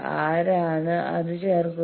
ആരാണ് അത് ചേർക്കുക